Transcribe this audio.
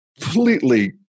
completely